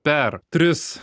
per tris